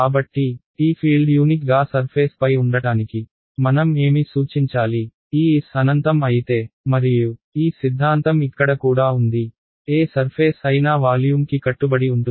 కాబట్టి ఈ field unique గా సర్ఫేస్ పై ఉండటానికి మనం ఏమి సూచించాలి ఈ S అనంతం అయితే మరియు ఈ సిద్ధాంతం ఇక్కడ కూడా ఉంది ఏ సర్ఫేస్ అయినా వాల్యూమ్కి కట్టుబడి ఉంటుంది